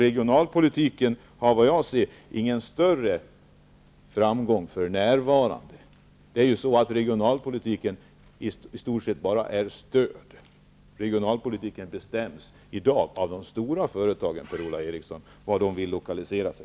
Som jag ser det har regionalpolitiken för närvarande igen större framgång. Regionalpolitiken består i dag i stort sett bara av stöd. I dag bestäms regionalpolitiken, Per-Ola Eriksson, av var de stora företagen vill lokalisera sig.